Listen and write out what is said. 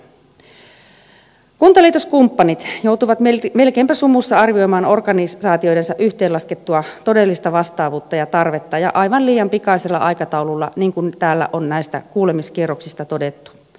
kuntaliitoskumppanit joutuvat melkeinpä sumussa arvioimaan organisaatioidensa yhteenlaskettua todellista vastaavuutta ja tarvetta ja aivan liian pikaisella aikataululla niin kuin täällä on näistä kuulemiskierroksista todettu